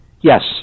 Yes